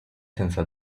senza